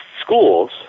schools